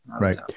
Right